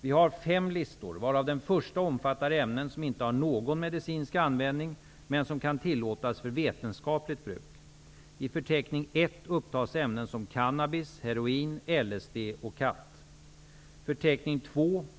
Vi har fem listor varav den första omfattar ämnen som inte har någon medicinsk användning men som kan tillåtas för vetenskapligt bruk. I förteckning I upptas ämnen som cannabis, heroin, LSD och kat.